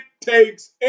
takes